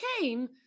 came